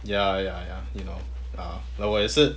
ya ya ya you know err 我也是